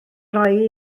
roi